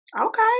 Okay